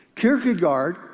Kierkegaard